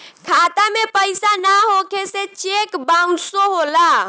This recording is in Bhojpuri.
खाता में पइसा ना होखे से चेक बाउंसो होला